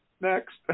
Next